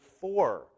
four